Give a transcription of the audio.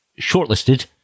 shortlisted